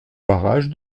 barrage